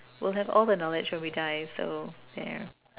we'll have all the knowledge when we die so there